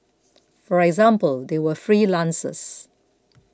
for example they are freelancers